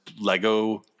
Lego